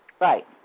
Right